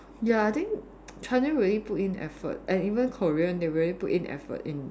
ya I think China really put in effort and even Korean they really put in effort in